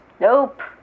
Nope